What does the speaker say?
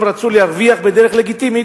הם רצו להרוויח בדרך לגיטימית,